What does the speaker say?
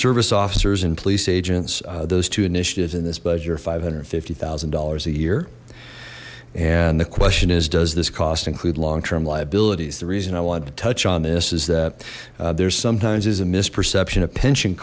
service officers and police agents those two initiatives in this budget are five hundred and fifty thousand dollars a year and the question is does this cost include long term liabilities the reason i wanted to touch on this is that there's sometimes there's a misperception of pension